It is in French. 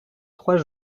trois